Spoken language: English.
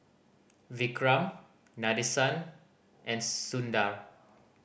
Vikram Nadesan and Sundar